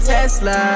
Tesla